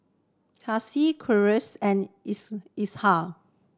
Kasih Qalisha and Ishak